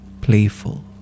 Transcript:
playful